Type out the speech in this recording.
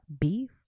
beef